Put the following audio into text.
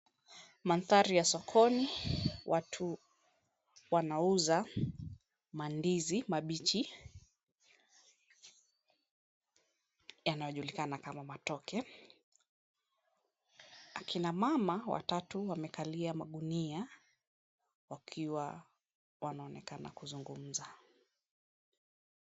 Mandhari ya sokoni watu wanauza mandizi mabichi yanayojulikana kama matoke. Akina mama watatu wamekalia magunia wakiwa wanaonekana kuzungumza.